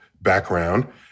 background